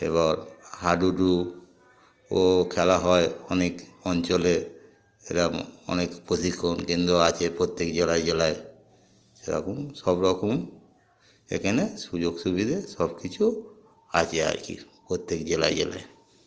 এবার হাডুডুও খেলা হয় অনেক অঞ্চলে এরম অনেক প্রশিক্ষণ কেন্দ্র আছে প্রত্যেক জেলায় জেলায় সেরকম সব রকম এখানে সুযোগ সুবিধে সব কিছু আছে আর কি প্রত্যেক জেলায় জেলায়